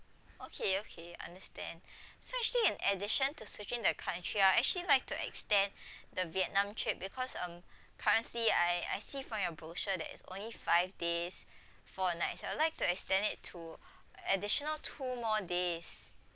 okay okay understand so actually in addition to switching the country I actually like to extend the vietnam trip because um currently I I see from your brochure there is only five days four nights I like to extend it to additional two more days